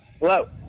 Hello